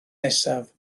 nesaf